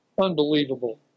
unbelievable